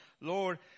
Lord